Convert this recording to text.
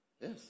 Yes